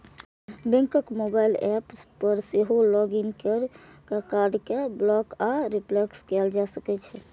बैंकक mobile app पर सेहो लॉग इन कैर के कार्ड कें ब्लॉक आ रिप्लेस कैल जा सकै छै